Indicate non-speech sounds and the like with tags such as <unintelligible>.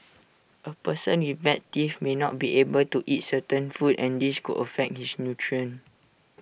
A person with bad teeth may not be able to eat certain foods and this could affect his <unintelligible>